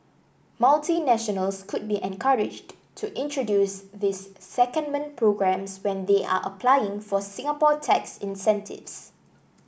multinationals could be encouraged to introduce these secondment programmes when they are applying for Singapore tax incentives